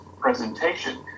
presentation